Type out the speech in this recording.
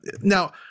Now